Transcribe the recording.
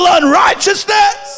unrighteousness